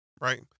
Right